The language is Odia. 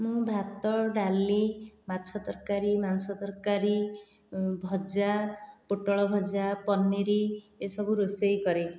ମୁଁ ଭାତ ଡାଲି ମାଛ ତରକାରୀ ମାଂସ ତରକାରୀ ଭଜା ପୋଟଳ ଭଜା ପନିର୍ ଏହିସବୁ ରୋଷେଇ କରେ